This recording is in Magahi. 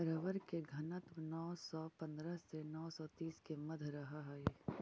रबर के घनत्व नौ सौ पंद्रह से नौ सौ तीस के मध्य रहऽ हई